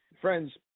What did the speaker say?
Friends